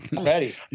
Ready